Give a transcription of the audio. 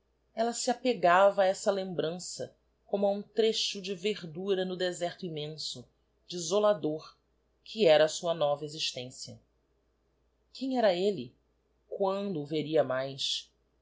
ella se apegava a essa lembrança como a um trecho de verdura no deserto immenso desolador que era a sua nova existência quem era elle quando o veria mais